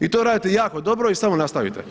i to radite jako dobro i samo nastavite.